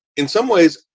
in some ways,